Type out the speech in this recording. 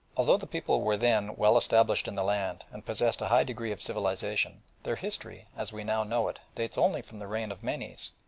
although the people were then well established in the land and possessed a high degree of civilisation, their history, as we now know it, dates only from the reign of menes,